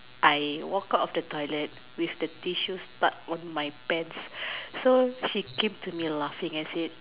I walk out of the toilet with the tissue stuck on my pants so she came to me and said